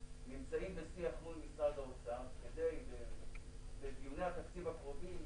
אנחנו נמצאים עכשיו בשיח מול משרד האוצר כדי שבדיוני התקציב הקרובים,